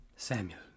Samuel